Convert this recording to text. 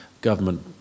government